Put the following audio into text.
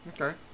Okay